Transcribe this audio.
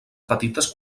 petites